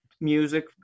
music